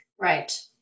right